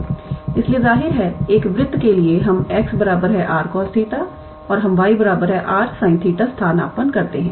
इसलिए जाहिर है एक वृत्त के लिए हम 𝑥 r cos𝜃 और हम 𝑦 r sin𝜃 स्थानापन्न करते हैं